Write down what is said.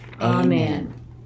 Amen